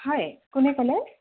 হয় কোনে ক'লে